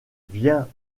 viens